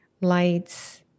lights